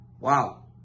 Wow